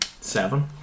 Seven